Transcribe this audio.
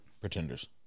pretenders